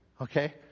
Okay